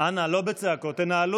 אדוני השר, חבריי חברי הכנסת, כנסת נכבדה,